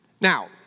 Now